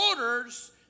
orders